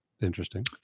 interesting